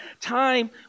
time